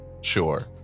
sure